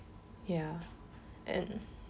ya and